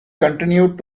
continued